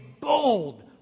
bold